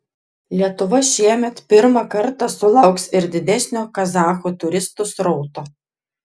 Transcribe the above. lietuva šiemet pirmą kartą sulauks ir didesnio kazachų turistų srauto